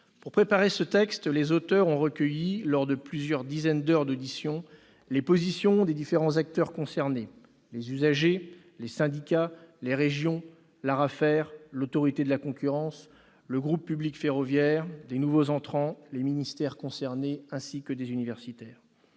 Pour préparer ce texte, les auteurs ont recueilli, lors de plusieurs dizaines d'heures d'auditions, les positions des différents acteurs concernés : les usagers, les syndicats, les régions, l'ARAFER, l'Autorité de la concurrence, le groupe public ferroviaire, les nouveaux entrants, les ministères concernés. Ils ont aussi entendu des universitaires